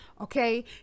Okay